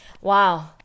Wow